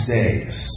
days